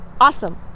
awesome